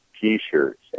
T-shirts